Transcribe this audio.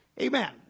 Amen